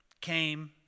came